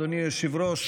אדוני היושב-ראש,